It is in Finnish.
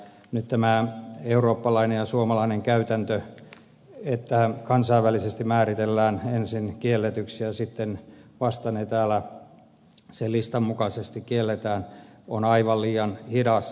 nyt tämä eurooppalainen ja suomalainen käytäntö että kansainvälisesti määritellään ensin kielletyksi ja sitten vasta ne täällä sen listan mukaisesti kielletään on aivan liian hidas